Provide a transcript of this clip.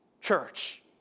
church